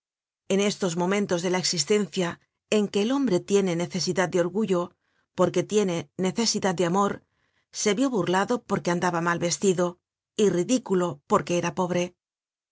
en estos momentos de la existencia en que el hombre tiene necesidad de orgullo porque tiene necesidad de amor se vió burlado porque andaba mal vestido y ridículo porque era pobre